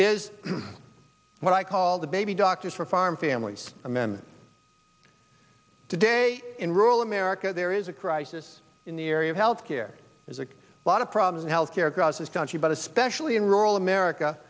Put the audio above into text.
is what i call the baby doctors for farm families men today in rural america there is a crisis in the area of health care there's a lot of problems in health care across this country but especially in rural america